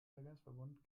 verkehrsverbund